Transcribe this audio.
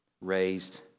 raised